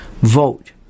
Vote